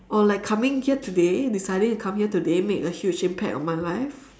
or like coming here today deciding to come here today made a huge impact on my life